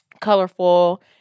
colorful